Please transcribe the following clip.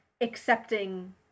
accepting